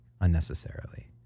unnecessarily